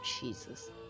Jesus